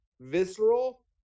visceral